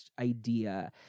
idea